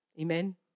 Amen